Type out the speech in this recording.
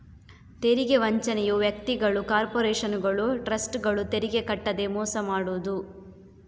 ತೆರಿಗೆ ವಂಚನೆಯು ವ್ಯಕ್ತಿಗಳು, ಕಾರ್ಪೊರೇಷನುಗಳು, ಟ್ರಸ್ಟ್ಗಳು ತೆರಿಗೆ ಕಟ್ಟದೇ ಮೋಸ ಮಾಡುದು